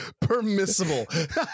permissible